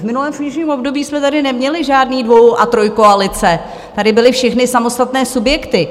V minulém funkčním období jsme tady neměli žádné dvoj a trojkoalice, tady byly všechny samostatné subjekty.